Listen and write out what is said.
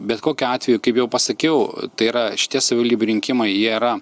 bet kokiu atveju kaip jau pasakiau tai yra šitie savivaldybių rinkimai jie yra